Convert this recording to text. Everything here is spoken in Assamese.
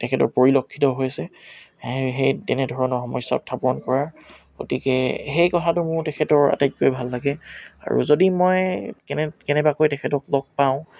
তেখেতৰ পৰিলক্ষিত হৈছে সে সেই তেনেধৰণৰ সমস্যা উত্থাপন কৰাৰ গতিকে সেই কথাটো মোৰ তেখেতৰ আটাইতকৈ ভাল লাগে আৰু যদি মই কেনে কেনেবাকৈ তেখেতক লগ পাওঁ